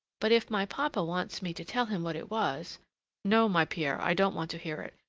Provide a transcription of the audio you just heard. but if my papa wants me to tell him what it was no, my pierre, i don't want to hear it,